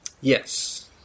Yes